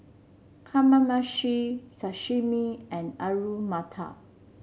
Kamameshi Sashimi and Alu Matar